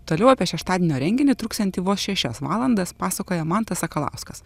toliau apie šeštadienio renginį truksiantį vos šešias valandas pasakoja mantas sakalauskas